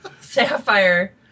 Sapphire